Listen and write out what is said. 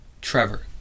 Trevor